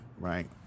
right